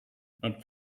not